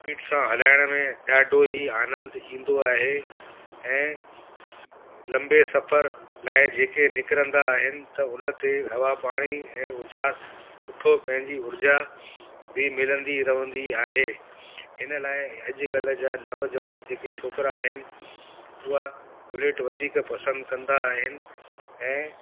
speed सां हलाइण में ॾाढो ई आनंद ईंदो आहे ऐं लंबे सफर लाइ जेके निकरंदा आहिनि त हुन ते हवा पाणी ऐं उजास सुठो पंहिंजी ऊर्जा बि मिलंदी रवंदी आहे इन लाइ अॼुकल्ह जा नौजवान जेके छोकिरा आहिनि उआ बुलेट वधीक पसंदि कंदा आहिनि ऐं